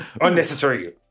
Unnecessary